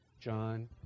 John